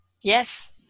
Yes